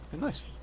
nice